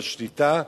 על שליטה,